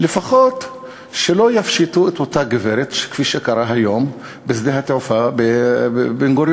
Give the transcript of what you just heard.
לפחות שלא יפשיטו את אותה גברת כפי שקרה היום בשדה התעופה בן-גוריון.